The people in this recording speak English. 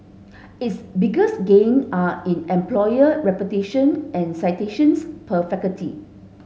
its biggest gains are in employer reputation and citations per faculty